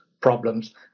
problems